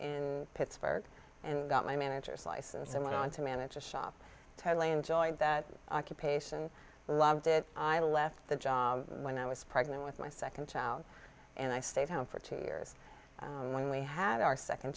and pittsburgh and got my managers license and went on to manage a shop totally enjoyed that occupation loved it i left the job when i was pregnant with my second child and i stayed home for two years when we had our second